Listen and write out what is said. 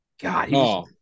God